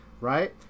right